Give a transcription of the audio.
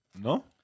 No